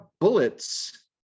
bullets